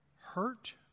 hurt